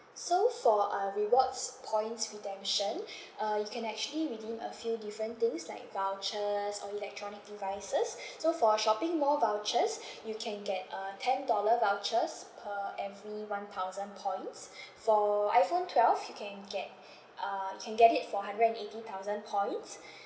so for uh rewards points redemption uh you can actually redeem a few different things like vouchers or electronic devices so for shopping mall vouchers you can get uh ten dollar vouchers per every one thousand points for iPhone twelve you can get uh you can get it for hundred and eighty thousand points